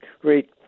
great